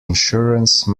insurance